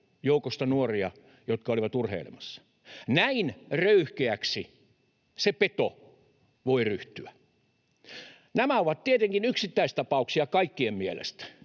joukosta nuoria, jotka olivat urheilemassa. Näin röyhkeäksi se peto voi ryhtyä. Nämä ovat tietenkin yksittäistapauksia kaikkien mielestä,